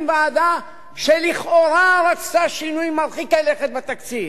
ועדה שלכאורה רצתה שינויים מרחיקי לכת בתקציב.